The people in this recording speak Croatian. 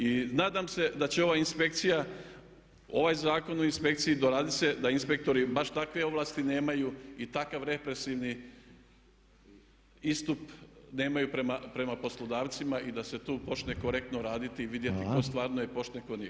I nadam se da će ova inspekcija, ovaj Zakon o inspekciji doradit se da inspektori baš takve ovlasti nemaju i takav represivni istup nemaju prema poslodavcima i da se tu počne korektno raditi i vidjeti tko stvarno je pošten a tko nije.